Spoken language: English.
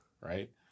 right